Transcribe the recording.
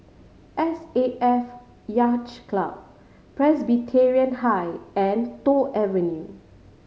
S A F Yacht Club Presbyterian High and Toh Avenue